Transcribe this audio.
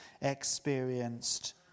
experienced